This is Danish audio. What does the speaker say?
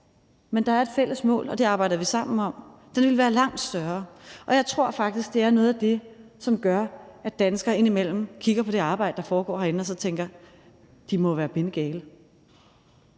at der er et fælles mål, og at det arbejder man sammen om. Og jeg tror faktisk, det er noget af det, som gør, at danskere indimellem kigger på det arbejde, der foregår herinde, og tænker: De må jo være bindegale.